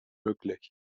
möglich